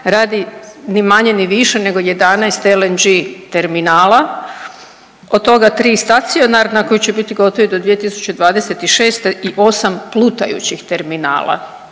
radi ni manje ni više 11 LNG terminala, od toga 3 stacionarna koji će biti gotovi do 2026. i 8 plutajućih terminala.